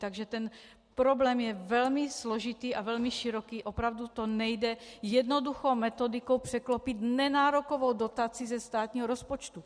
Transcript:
Takže ten problém je velmi složitý a velmi široký, opravdu to nejde jednoduchou metodikou překlopit nenárokovou dotací ze státního rozpočtu.